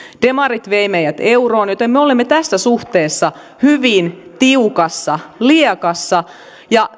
demarit veivät meidät euroon joten me olemme tässä suhteessa hyvin tiukassa lieassa ja